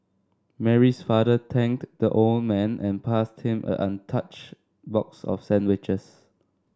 Mary's father thanked the old man and passed him a untouched box of sandwiches